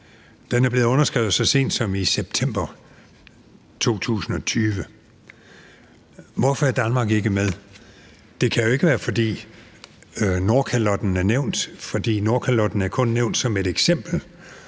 Den er blevet underskrevet så sent som i september 2020. Hvorfor er Danmark ikke med? Det kan jo ikke være, fordi Nordkalotten er nævnt, for Nordkalotten er kun nævnt som et eksempel,